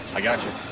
i got you.